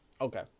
Okay